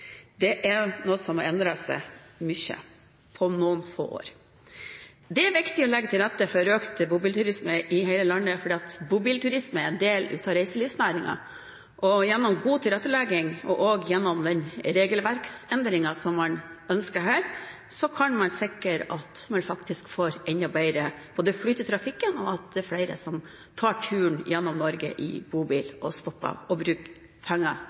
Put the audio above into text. Det er noe som har endret seg mye på noen få år. Det er viktig å legge til rette for økt bobilturisme i hele landet fordi bobilturisme er en del av reiselivsnæringen, og gjennom god tilrettelegging, og også gjennom den regelverksendringen som man her ønsker, kan man sikre at man faktisk får enda bedre flyt i trafikken, og at det er flere som tar turen gjennom Norge i bobil og stopper for å bruke penger